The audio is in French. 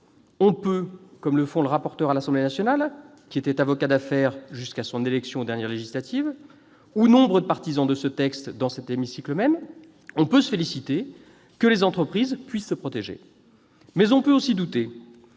ce débat. Comme le rapporteur à l'Assemblée nationale, qui était avocat d'affaires jusqu'à son élection aux dernières législatives, ou nombre de partisans de ce texte dans cet hémicycle, on peut se féliciter que les entreprises obtiennent les moyens de se protéger.